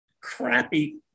Crappy